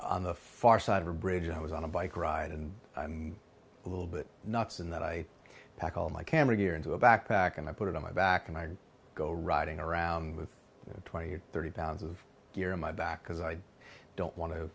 on the far side of a bridge and i was on a bike ride and a little bit nuts in that i packed all my camera gear into a backpack and i put it on my back and i'd go riding around with twenty or thirty pounds of gear in my back because i don't want to